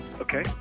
okay